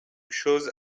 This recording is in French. chose